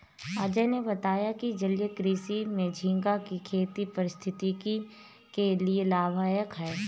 अजय ने बताया कि जलीय कृषि में झींगा की खेती पारिस्थितिकी के लिए लाभदायक है